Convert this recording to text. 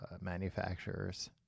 manufacturers